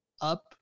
up